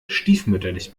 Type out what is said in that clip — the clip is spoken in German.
stiefmütterlich